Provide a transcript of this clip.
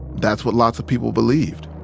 that's what lots of people believed